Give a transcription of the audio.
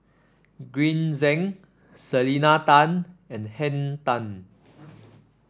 Green Zeng Selena Tan and Henn Tan